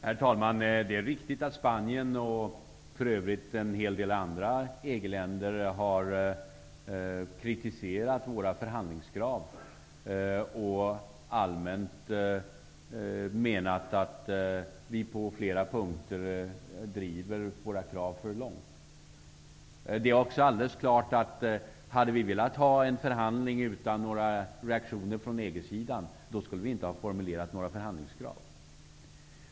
Herr talman! Det är riktigt att Spanien och för övrigt en hel del andra EG-länder har kritiserat våra förhandlingskrav och allmänt menat att vi på flera punkter driver våra krav för långt. Det är också alldeles klart att hade vi velat ha en förhandling utan några reaktioner från EG:s sida, skulle vi inte ha formulerat några förhandlingskrav.